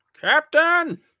Captain